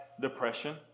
depression